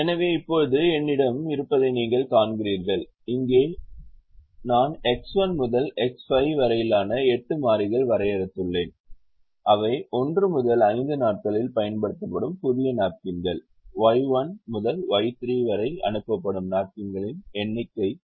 எனவே இப்போது என்னிடம் இருப்பதை நீங்கள் காண்கிறீர்கள் இங்கே நான் x 1 முதல் x 5 வரையிலான எட்டு மாறிகள் வரையறுத்துள்ளேன் அவை 1 முதல் 5 நாட்களில் பயன்படுத்தப்படும் புதிய நாப்கின்கள் Y 1 முதல் Y 3 வரை அனுப்பப்படும் நாப்கின்களின் எண்ணிக்கை சலவை